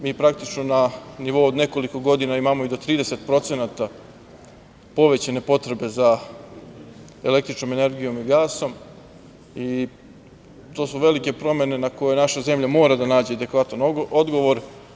Mi praktično na nivou od nekoliko godina imamo i do 30% povećane potrebe za električnom energijom i gasom, i to su velike promene, na koje naša zemlja mora da nađe adekvatan odgovor.